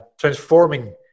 transforming